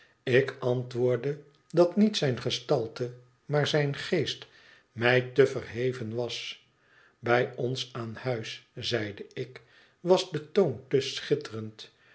ik antwoordde dat niet zijn gestalte maar zijn eest mij te verheven was bij ons aan huis zeide ik was de toon te schitterend